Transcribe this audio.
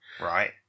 Right